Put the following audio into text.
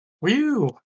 Woo